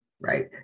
Right